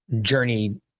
journey